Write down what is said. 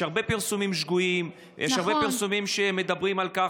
יש קבוצה של נשים ערביות ששם אין ירידה,